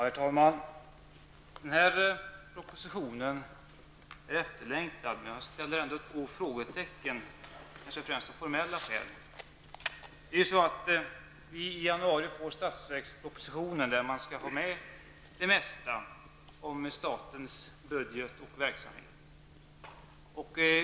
Herr talman! Denna proposition är efterlängtad, men jag vill ändå ta upp två frågor, kanske mest av formella skäl. Riksdagen får i januari budgetpropositionen, där regeringen skall ta med det mesta som rör statens budget och verksamhet.